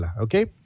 okay